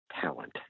talent